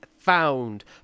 found